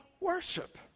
worship